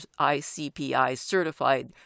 ICPI-certified